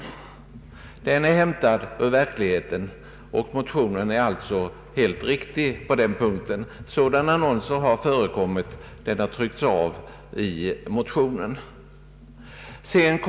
Annonsen är hämtad ur verkligheten, och motionen är alltså helt riktig på den punkten.